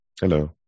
Hello